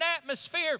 atmosphere